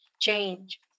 change